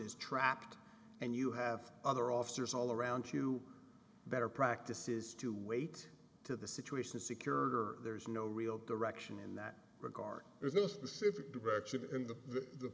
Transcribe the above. is trapped and you have other officers all around you better practices to wait to the situation secure there's no real direction in that regard there's no specific direction in the